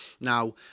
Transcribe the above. Now